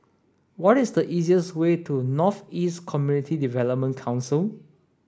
what is the easiest way to North East Community Development Council